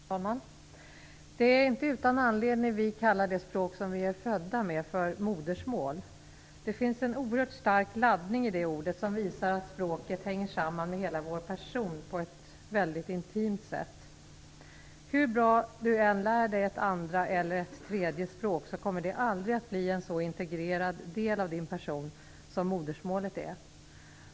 Fru talman! Det är inte utan anledning vi kallar det språk som vi är födda med för modersmål. Det finns en oerhört stark laddning i det ordet, som visar att språket hänger samman med hela vår person på ett väldigt intimt sätt. Hur bra man än lär sig ett andra eller ett tredje språk kommer det aldrig att bli en så integrerad del av ens person som modersmålet är.